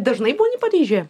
dažnai būni paryžiuje